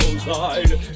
side